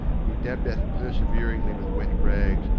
he dabbed at it persever ingly with wet rags,